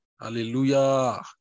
Hallelujah